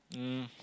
um